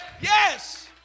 yes